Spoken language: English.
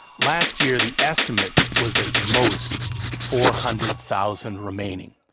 last year the estimate was at most four hundred thousand remaining.